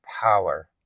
power